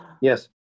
Yes